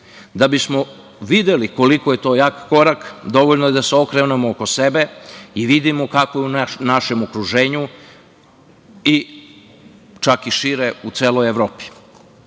Da bi smo videli koliko je to jak korak, dovoljno je da se okrenemo oko sebe i vidimo kako je u našem okruženju i čak i šire u celoj Evropi. Taj